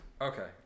Okay